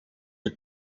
het